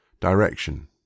direction